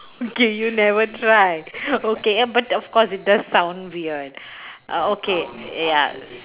okay you never try okay and but of course it does sound weird uh okay ya